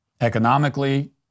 economically